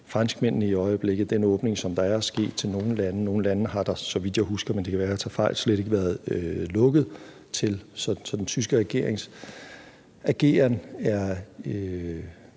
franskmændene i øjeblikket, den åbning, der er sket til nogle lande, og der har også, så vidt jeg husker, men det kan være, jeg tager fejl, slet ikke været lukket til nogle lande.